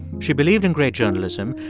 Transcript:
she believed in great journalism,